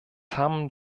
haben